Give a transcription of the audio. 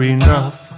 enough